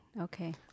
Okay